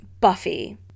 Buffy